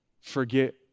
forget